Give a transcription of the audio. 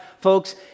folks